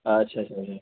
अच्छा सर जी